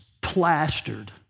plastered